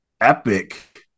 epic